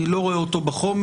אני לא רואה אותו בחומר.